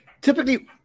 Typically